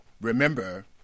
remember